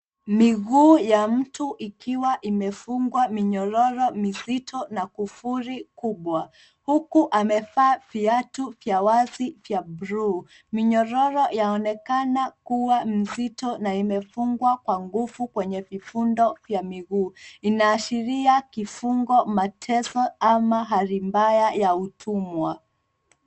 Miguu ya mtu ikiwa imefungwa minyororo mizito na kifuli kubwa huku amevaa viatu vya wazi vya buluu. Minyororo yaonekana kuwa mzito na imefungwa kwa nguvu kwenye vifundo vya miguu. Inaashiria kifungo, mateso ama hali mbaya ya utumwa.